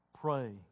Pray